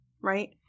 right